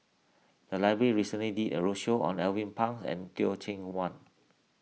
the library recently did a roadshow on Alvin Pang and Teh Cheang Wan